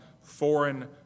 foreign